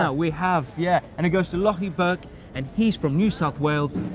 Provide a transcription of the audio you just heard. ah we have, yeah, and it goes to lochie burke and he's from new south wales.